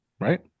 right